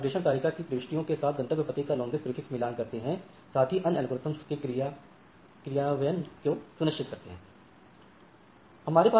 router अग्रेषण तालिका की प्रविष्टियों के साथ गंतव्य पते का लांगेस्ट प्रीफिक्स मिलान कराते हैं साथ ही अन्य एल्गोरिथ्म के क्रियान्वयन को सुनिश्चित करते हैं